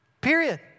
Period